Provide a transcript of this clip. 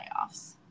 playoffs